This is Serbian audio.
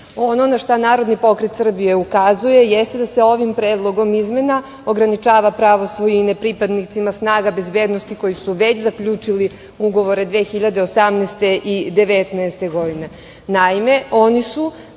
bezbednosti. Šta Narodni pokret Srbije ukazuje, jeste da se ovim predlogom izmena ograničava pravo svojine i pripadnicima snaga bezbednosti koji su već zaključili ugovore 2018. i 2019. godine.